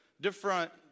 different